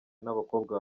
n’abakobwa